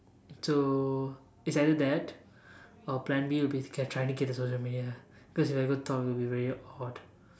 so it's either that or plan B would be okay trying to get to social media because if I go and talk it would be very odd